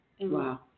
Wow